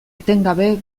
etengabe